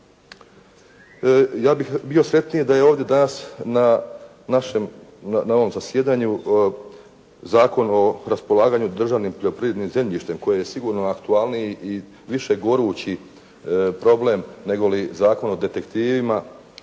Ja bih bio sretniji da je ovdje danas na našem, na ovom zasjedanju Zakon o raspolaganju državnim poljoprivrednim zemljištem koji je sigurno aktualniji i više gorući problem nego li Zakon o detektivima.